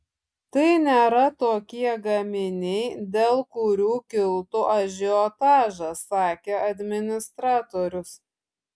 tai nėra tokie gaminiai dėl kurių kiltų ažiotažas sakė administratorius